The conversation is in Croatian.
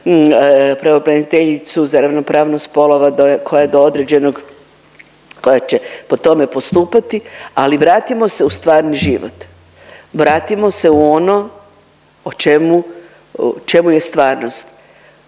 pravobraniteljicu za ravnopravnost spolova koja je do određenog, koja će po tome postupati. Ali vratimo se u stvarni život, vratimo se u ono o čemu je stvarnost.